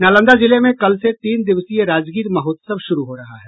नालंदा जिले में कल से तीन दिवसीय राजगीर महोत्सव शुरू हो रहा है